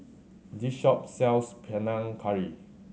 this shop sells Panang Curry